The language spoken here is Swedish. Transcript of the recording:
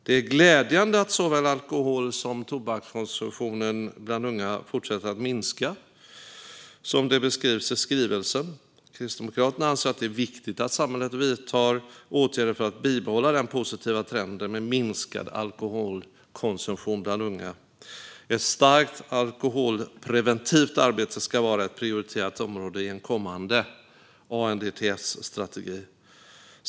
Det är glädjande att såväl alkohol som tobakskonsumtionen bland unga fortsätter att minska, som det beskrivs i skrivelsen. Kristdemokraterna anser att det är viktigt att samhället vidtar åtgärder för att bibehålla den positiva trenden med minskad alkoholkonsumtion bland unga. Ett starkt alkoholpreventivt arbete ska vara ett prioriterat område i en kommande ANDTS-strategi.